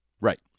Right